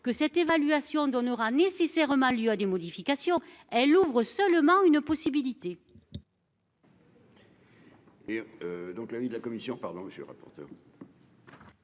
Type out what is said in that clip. que cette évaluation donnera nécessairement lieu à des modifications : elle ouvre seulement une possibilité.